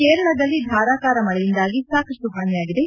ಕೇರಳದಲ್ಲಿ ಧಾರಾಕಾರ ಮಳೆಯಿಂದಾಗಿ ಸಾಕಷ್ವು ಹಾನಿಯಾಗಿದೆ